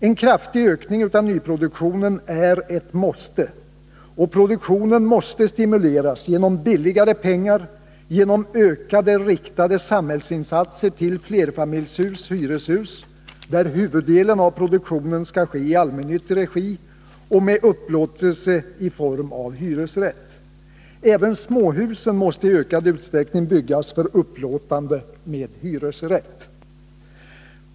En kraftig ökning av nyproduktionen är ett måste, och produktionen måste stimuleras genom billiga pengar, genom ökade riktade samhällsinsatser till flerfamiljshus/hyreshus, där huvuddelen av produktionen skall ske i allmännyttig regi och med upplåtelse i form av hyresrätt. Även småhusen måste i ökad utsträckning byggas för upplåtande med hyresrätt.